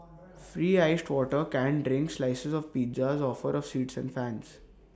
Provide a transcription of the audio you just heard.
free iced water canned drinks slices of pizzas offer of seats and fans